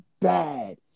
bad